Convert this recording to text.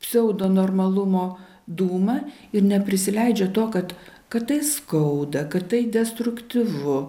pseudo normalumo dūmą ir neprisileidžia to kad kad tai skauda kad tai destruktyvu